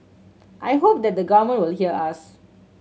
I hope that the government will hear us